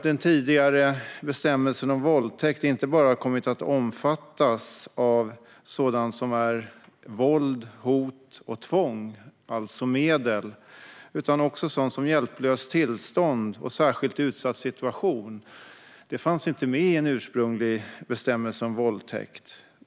Den tidigare bestämmelsen om våldtäkt har inte bara kommit att omfatta sådant som är våld, hot och tvång, alltså medel, utan också sådant som hjälplöst tillstånd och särskilt utsatt situation. Det fanns inte med i en ursprunglig bestämmelse om våldtäkt.